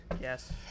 Yes